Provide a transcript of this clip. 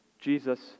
Jesus